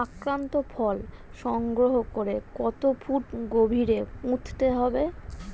আক্রান্ত ফল সংগ্রহ করে কত ফুট গভীরে পুঁততে হবে?